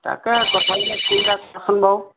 তাকে প্ৰথমতে বাৰু